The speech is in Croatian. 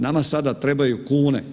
Nama sada trebaju kune.